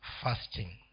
fasting